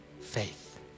faith